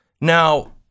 Now